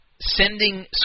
sending